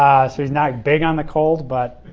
so is not big on the cold. but